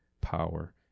power